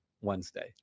Wednesday